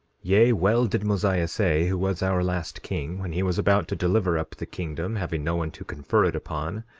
yea, well did mosiah say, who was our last king, when he was about to deliver up the kingdom, having no one to confer it upon,